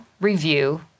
review